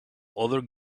other